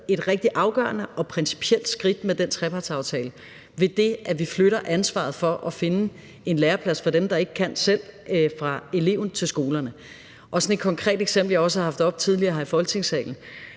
et rigtig afgørende og principielt skridt med den trepartsaftale, ved at vi flytter ansvaret for at finde en læreplads til dem, der ikke kan selv, fra eleven til skolerne. Et konkret eksempel, jeg også har haft oppe tidligere her i Folketingssalen,